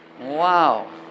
Wow